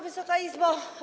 Wysoka Izbo!